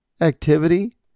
activity